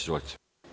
Izvolite.